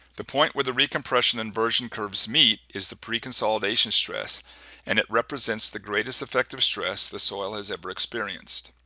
the point where the recompression and virgin curves meet is the preconsolidation stress and it represents the greatest effective stress the soil has ever experienced.